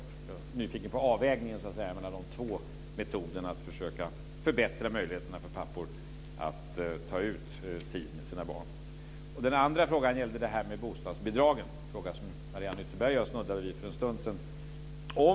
Jag är nyfiken på avvägningen mellan dessa två metoder att försöka förbättra möjligheterna för pappor att ta ut tid med sina barn. Den andra frågan gäller detta med bostadsbidragen, en fråga som Mariann Ytterberg och jag snuddade vid för en stund sedan.